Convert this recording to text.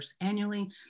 annually